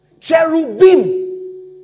Cherubim